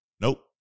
nope